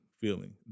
feeling